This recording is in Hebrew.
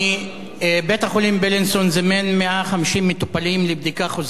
בית-החולים "בילינסון" זימן 150 מטופלים לבדיקה חוזרת